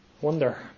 wonder